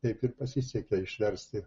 taip ir pasisekė išversti